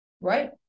Right